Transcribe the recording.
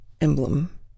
emblem